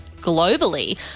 globally